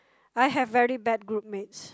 I have very bad group mates